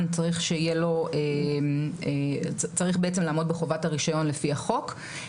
צריך בעצם לעמוד בחובת הרישיון לפי החוק.